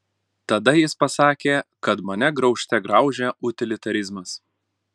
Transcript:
tada jis pasakė kad mane graužte graužia utilitarizmas